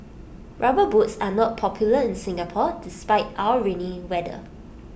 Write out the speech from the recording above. rubber boots are not popular in Singapore despite our rainy weather